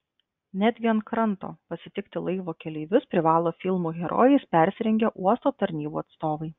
netgi ant kranto pasitikti laivo keleivius privalo filmų herojais persirengę uosto tarnybų atstovai